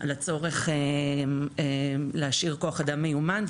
על הצורך להשאיר כוח אדם מיומן,